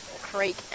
Creek